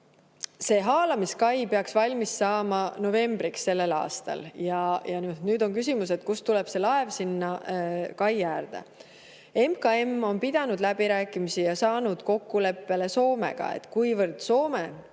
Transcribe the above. Haalamiskai peaks valmis saama novembriks sellel aastal. Nüüd on küsimus, kust tuleb see laev sinna kai äärde. MKM on pidanud läbirääkimisi ja saanud kokkuleppele Soomega. Kuivõrd Soome